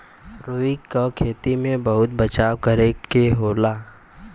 रुई क खेती में बहुत बचाव करे के होला